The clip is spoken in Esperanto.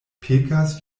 pekas